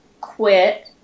quit